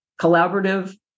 collaborative